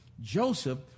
Joseph